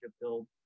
build